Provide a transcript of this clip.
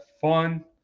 fun